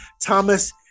Thomas